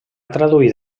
traduït